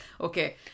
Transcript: Okay